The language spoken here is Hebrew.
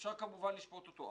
צריך כמובן לשפוט אותו.